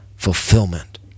fulfillment